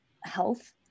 health